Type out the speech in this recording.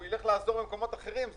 הוא יעזור במקומות אחרים.